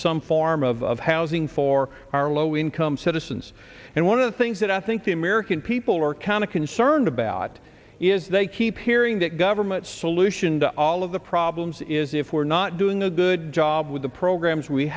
some form of housing for our low income citizens and one of the things that i think the american people are kind of concerned about is they keep hearing that government solution to all of the problems is if we're not doing a good job with the programs we